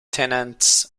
tenants